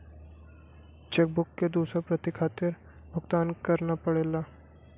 check book क दूसर प्रति खातिर भुगतान करना पड़ला